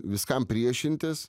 viskam priešintis